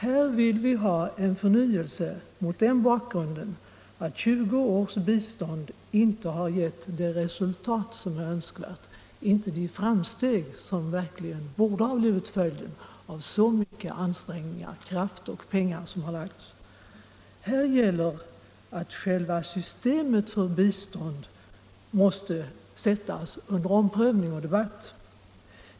Här vill vi ha en förnyelse mot den bakgrunden att 20 års bistånd inte har gett det resultat som är önskvärt, inte medfört de framsteg som verkligen borde ha blivit följden av så mycket ansträngningar, kraft och pengar som har lagts ned. Här gäller att själva systemet för bistånd måste sättas under omprövning och debatt.